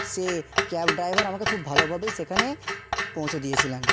সে cab driver আমাকে খুব ভালোভাবেই সেখানে পৌঁছে দিয়েছিলেন